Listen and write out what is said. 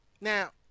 Now